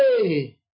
Hey